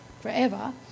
forever